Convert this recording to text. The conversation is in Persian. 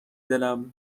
دلم